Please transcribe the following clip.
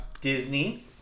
Disney